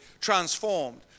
transformed